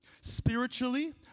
spiritually